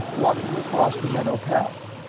walking across the meadow path.